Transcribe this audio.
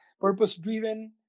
purpose-driven